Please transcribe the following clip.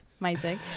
amazing